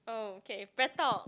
okay BreadTalk